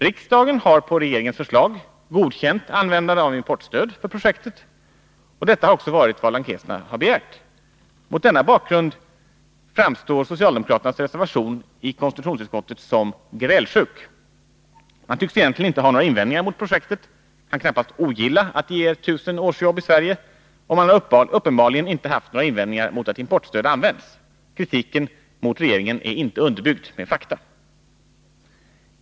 Riksdagen har, på regeringens förslag, godkänt användande av importstöd för projektet. Detta har också varit vad den lankesiska regeringen har begärt. Mot denna bakgrund framstår socialdemokraternas reservation i konstitutionsutskottet som grälsjuk. Man tycks egentligen inte ha några invändningar mot projektet. Man kan knappast ogilla att det ger tusen årsarbeten i Sverige, och man har uppenbarligen inte haft några invändningar mot att importstöd används. Kritiken mot regeringen är inte underbyggd med fakta.